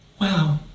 Wow